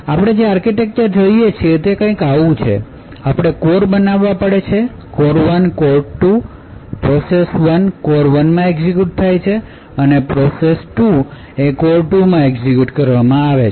આપણે જે આર્કિટેક્ચર જોઇયે છીએ તે આવું કંઈક છે આપણે કોર બનાવવા પડશે કોર 1 અને કોર 2 પ્રોસેસ1 કોર 1 માં એક્ઝેક્યુટ થાય છે અને પ્રોસેસ 2 કોર 2 માં એક્ઝેક્યુટ કરવામાં આવી છે